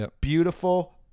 Beautiful